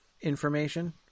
information